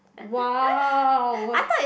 !wow!